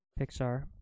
Pixar